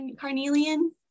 Carnelian